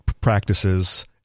practices